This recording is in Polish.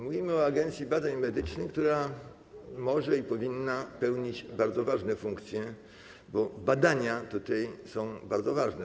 Mówimy o Agencji Badań Medycznych, która może i powinna pełnić bardzo ważne funkcje, bo badania są bardzo ważne.